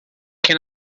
can